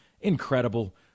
Incredible